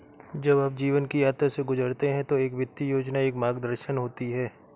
जब आप जीवन की यात्रा से गुजरते हैं तो एक वित्तीय योजना एक मार्गदर्शन होती है